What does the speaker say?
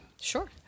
Sure